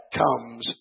comes